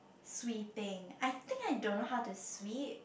sweeping I think I don't know how to sweep